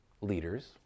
leaders